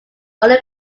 only